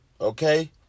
Okay